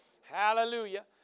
Hallelujah